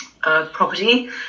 property